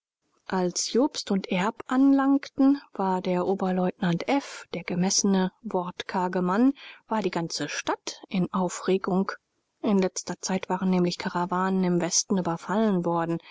als jobst und erb anlangten war der oberleutnant f der gemessene wortkarge mann war die ganze stadt in aufregung in letzter zeit waren nämlich karawanen im westen überfallen worden